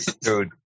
Dude